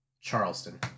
Charleston